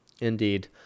Indeed